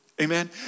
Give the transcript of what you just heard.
Amen